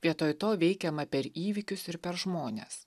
vietoj to veikiama per įvykius ir per žmones